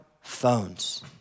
phones